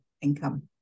income